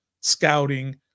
scouting